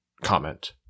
comment